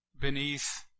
beneath